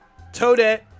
Toadette